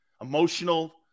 emotional